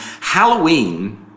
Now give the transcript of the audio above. Halloween